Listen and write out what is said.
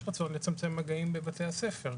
יש רצון לצמצם מגעים בבתי הספר.